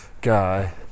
guy